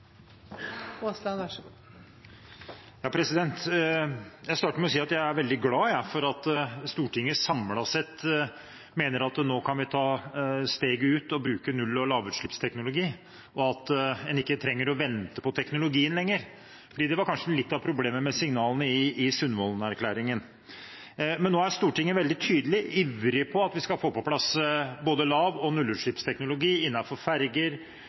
veldig glad for at Stortinget, samlet sett, mener at vi nå kan ta steget ut og bruke null- og lavutslippsteknologi, og at en ikke trenger å vente på teknologien lenger, for det var kanskje litt av problemet med signalene i Sundvolden-erklæringen. Men nå er Stortinget veldig tydelig ivrig på at vi skal få på plass både lav- og nullutslippsteknologi innenfor ferger,